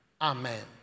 Amen